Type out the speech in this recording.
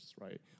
right